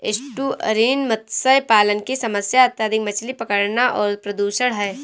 estuarine मत्स्य पालन की समस्या अत्यधिक मछली पकड़ना और प्रदूषण है